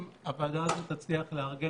של הדרייב אין,